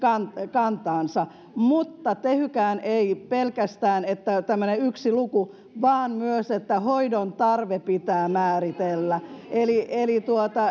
kantaansa mutta tehykään ei halua pelkästään että on tämmöinen yksi luku vaan myös että hoidon tarve pitää määritellä eli eli